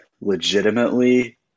legitimately